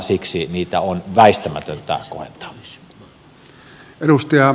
siksi niitä on väistämätöntä kohentaa